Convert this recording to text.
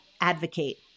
advocate